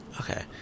Okay